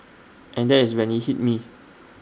and there is when IT hit me